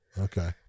Okay